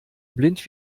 blind